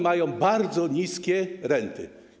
Mają bardzo niskie renty.